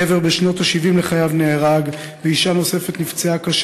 גבר בשנות ה-70 לחייו נהרג ואישה נפצעה קשה